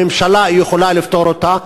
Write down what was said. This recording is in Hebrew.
הממשלה יכולה לפתור אותה,